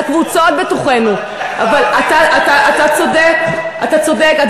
אבל צריך דבר